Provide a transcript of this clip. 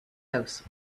house